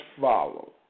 follow